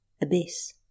abyss